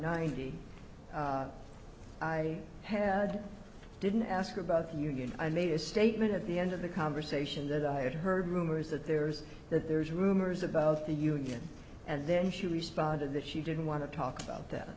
eighty i had didn't ask about you know i made a statement at the end of the conversation that i had heard rumors that there's that there's rumors about the union and then she responded that she didn't want to talk about that